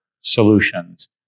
solutions